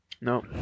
No